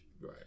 Right